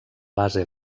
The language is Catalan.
base